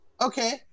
Okay